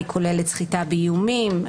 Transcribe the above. היא כוללת סחיטה באיומים,